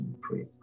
pray